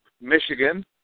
Michigan